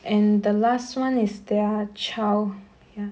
and the last one is their child ya